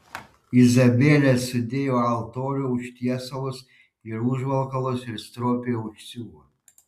izabelė sudėjo altorių užtiesalus į užvalkalus ir stropiai užsiuvo